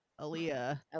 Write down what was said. Aaliyah